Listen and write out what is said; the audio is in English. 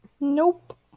Nope